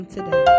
Today